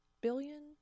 billion